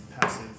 passive